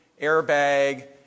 airbag